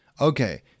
Okay